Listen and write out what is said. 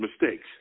mistakes